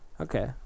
okay